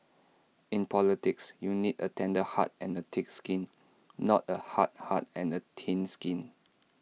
in politics you need A tender heart and A thick skin not A hard heart and thin skin